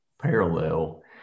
parallel